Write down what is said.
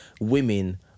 women